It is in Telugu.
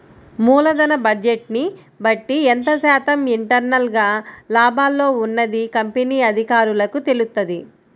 మూలధన బడ్జెట్ని బట్టి ఎంత శాతం ఇంటర్నల్ గా లాభాల్లో ఉన్నది కంపెనీ అధికారులకు తెలుత్తది